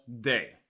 day